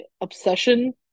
obsession